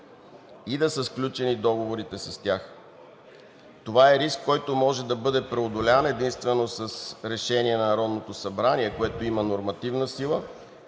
и да са сключени договори с тях. Това е риск, който може да бъде преодолян единствено с решение на Народното събрание, което има нормативна сила